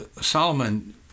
Solomon